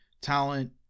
talent